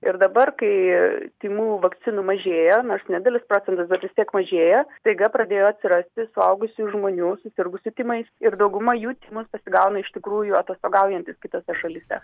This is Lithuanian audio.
ir dabar kai tymų vakcinų mažėja nors nedidelis procentas bet vis tiek mažėja staiga pradėjo atsirasti suaugusiųjų žmonių susirgusių tymais ir dauguma jų tymus pasigauna iš tikrųjų atostogaujantys kitose šalyse